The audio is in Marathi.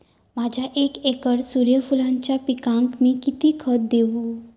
माझ्या एक एकर सूर्यफुलाच्या पिकाक मी किती खत देवू?